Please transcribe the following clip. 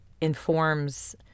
informs